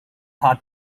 hard